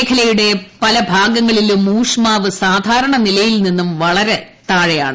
മേഖലയുടെ പല ഭാഗങ്ങളിലും ഊഷ്മാവ് സാധാരണ നിലയിൽ നിന്നും വളരെ താഴെയാണ്